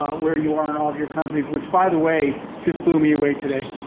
where you are in all of your companies. which, by the way, just blew me away today,